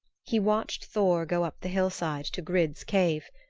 he watched thor go up the hillside to grid's cave.